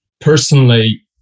personally